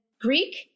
Greek